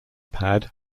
pad